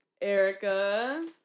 Erica